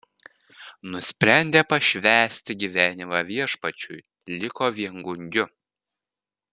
nusprendė pašvęsti gyvenimą viešpačiui liko viengungiu